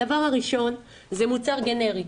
הדבר הראשון, זה מוצר גנרי.